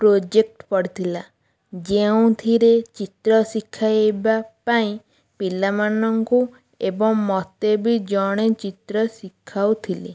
project ପଡ଼ିଥିଲା ଯେଉଁଥିରେ ଚିତ୍ର ଶିଖାଇବା ପାଇଁ ପିଲାମାନଙ୍କୁ ଏବଂ ମୋତେ ବି ଜଣେ ଚିତ୍ର ଶିଖାଉଥିଲେ